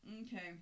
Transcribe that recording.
okay